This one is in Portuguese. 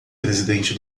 presidente